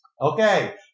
Okay